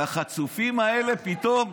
והחצופים האלה פתאום,